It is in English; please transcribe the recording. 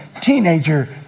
teenager